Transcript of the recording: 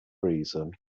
reason